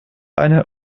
eine